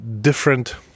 different